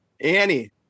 Annie